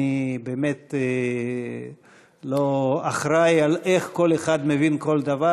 אני באמת לא אחראי איך כל אחד מבין כל דבר,